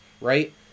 right